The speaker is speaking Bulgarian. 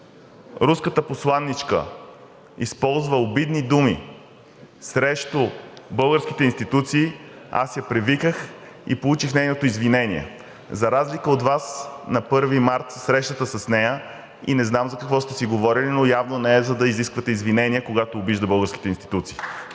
руската посланичка използва обидни думи срещу българските институции, аз я привиках и получих нейното извинение. За разлика от Вас – на срещата с нея на 1 март не знам за какво сте си говорили, но явно не е, за да изисквате извинение, когато обижда българските институции.